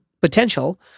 potential